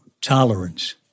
tolerance